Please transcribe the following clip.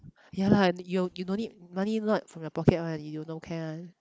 ya lah you you no need money not from your pocket [one] you don't care [one]